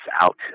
out